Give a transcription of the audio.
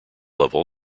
level